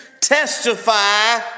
testify